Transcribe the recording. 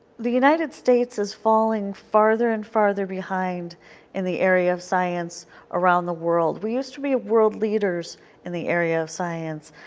the united states is falling farther and farther behind in the area of science around the world. we used to be world leaders in the area of science.